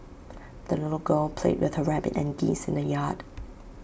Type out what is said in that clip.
the little girl played with her rabbit and geese in the yard